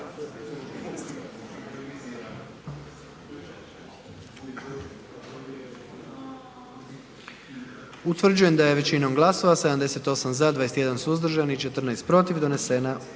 Utvrđujem da je većinom glasova 88 za, 10 glasova protiv donesen